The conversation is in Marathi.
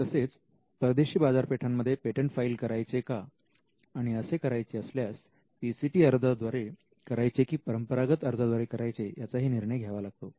तसेच परदेशी बाजारपेठांमध्ये पेटंट फाईल करायचे का आणि असे करायचे असल्यास PCT अर्जाद्वारे करायचे की परंपरागत अर्जाद्वारे करायचे याचाही निर्णय घ्यावा लागतो